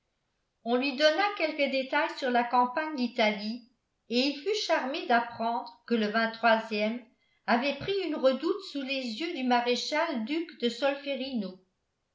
on lui donna quelques détails sur la campagne d'italie et il fut charmé d'apprendre que le ème avait pris une redoute sous les yeux du maréchal duc de solferino